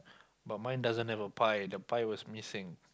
but mine doesn't have a pie the pie was missing